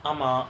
ஆமா:aama